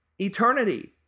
eternity